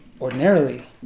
ordinarily